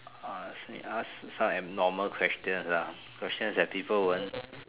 uh still need ask some abnormal questions ah questions that people won't